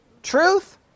Truth